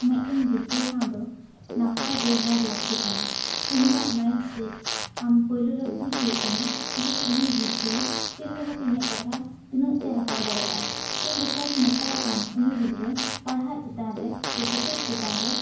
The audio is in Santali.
ᱢᱤᱫᱴᱮᱱ ᱜᱤᱫᱽᱨᱟᱹ ᱥᱟᱶ ᱫᱚ ᱱᱟᱯᱟᱭ ᱵᱮᱣᱦᱟᱨ ᱞᱟᱹᱠᱛᱤ ᱠᱟᱱᱟ ᱩᱱᱤᱭᱟᱜ ᱢᱟᱤᱱᱥᱮᱴ ᱟᱢ ᱯᱩᱭᱞᱩ ᱨᱮ ᱵᱩᱡᱽ ᱦᱩᱭᱩᱜ ᱛᱟᱢᱟ ᱡᱮ ᱩᱱᱤ ᱜᱤᱫᱽᱨᱟᱹ ᱪᱮᱫ ᱞᱮᱠᱟ ᱠᱟᱛᱮ ᱤᱧᱟᱹᱜ ᱠᱟᱛᱷᱟ ᱛᱤᱱᱟᱹᱜ ᱛᱮ ᱦᱟᱛᱟᱣ ᱫᱟᱲᱮᱜᱼᱟᱭ ᱪᱮᱫ ᱞᱮᱠᱟᱧ ᱢᱮᱛᱟᱭ ᱠᱷᱟᱱ ᱩᱱᱤ ᱜᱤᱫᱽᱨᱟᱹ ᱯᱟᱲᱦᱟᱜ ᱪᱮᱛᱟᱱ ᱨᱮ ᱥᱮ ᱥᱮᱪᱮᱫ ᱪᱮᱛᱟᱱ ᱨᱮ